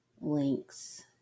Links